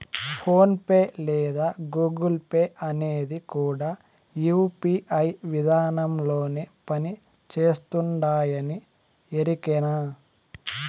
phone pay లేదా Google Pay అనేవి కూడా యూ.పీ.ఐ విదానంలోనే పని చేస్తుండాయని ఎరికేనా